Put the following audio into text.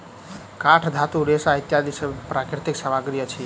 काठ, धातु, रेशा इत्यादि सब प्राकृतिक सामग्री अछि